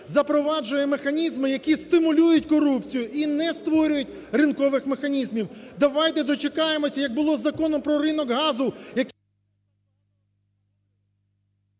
запроваджує механізми, які стимулюють корупцію, і не створюють ринкових механізмів. Давайте дочекаємося як було з Законом про ринок газу…